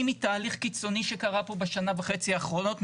מתהליך קיצוני שקרה פה בשנה וחצי האחרונות,